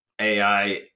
AI